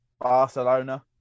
Barcelona